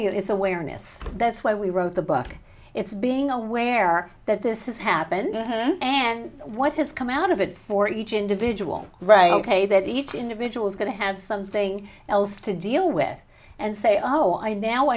you it's awareness that's why we wrote the book it's being aware that this has happened and what has come out of it for each individual right ok that each individual is going to have something else to deal with and say oh i now